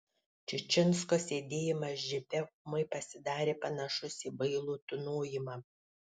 čičinsko sėdėjimas džipe ūmai pasidarė panašus į bailų tūnojimą